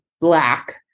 Black